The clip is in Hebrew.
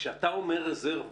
כשאתה אומר רזרבות,